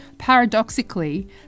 Paradoxically